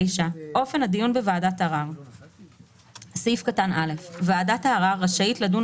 "אופן הדיון בוועדת ערר 49. (א)ועדת הערר רשאית לדון